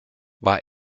war